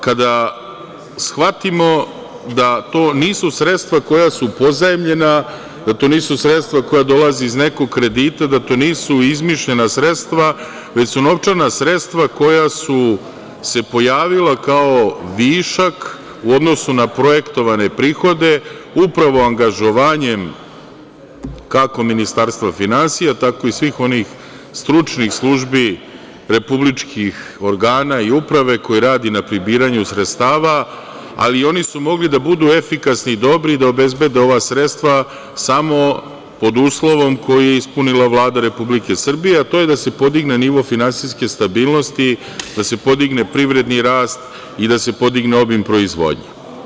Kada shvatimo da to nisu sredstva koja su pozajmljena, da to nisu sredstva koja dolaze iz nekog kredita, da to nisu izmišljena sredstva, već su sredstva koja su se pojavila kao višak u odnosu na projektovane prihode, upravo angažovanjem, kako Ministarstva finansija, tako i svih onih stručnih službi republičkih organa i uprave, koji radi na pribiranju sredstava, ali oni su mogli da budu efikasni i dobri i da obezbede ova sredstva samo pod uslovom koji je ispunila Vlada Republike Srbije, a to je da se podigne na nivo finansijske stabilnosti, da se podigne privredni rast i da se podigne obim proizvodnje.